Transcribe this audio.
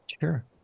Sure